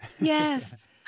Yes